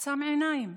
ועצם עיניים,